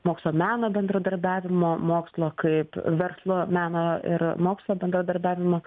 mokslo meno bendradarbiavimo mokslo kaip verslo meno ir mokslo bendradarbiavimo